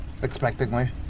expectingly